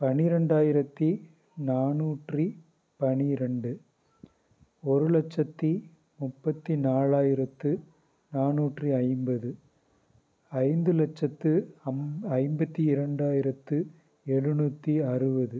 பனிரெண்டாயிரத்தி நானூற்றி பனிரெண்டு ஒரு லட்சத்து முப்பத்தி நாலாயிரத்து நானூற்றி ஐம்பது ஐந்து லட்சத்து ஐம் ஐம்பத்து இரண்டாயிரத்து எழுநூற்றி அறுபது